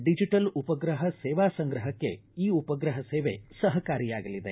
digital ಉಪುರಹ ಸೇವಾ ಸಂಗ್ರಹಕ್ಕೆ ಈ ಉಪುರಹ ಸೇವೆ ಸಹಕಾರಿಯಾಗಲಿದೆ